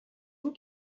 vous